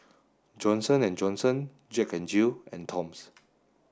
Johnson and Johnson Jack N Jill and Toms